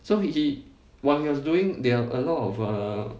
so he while he was doing there are a lot of uh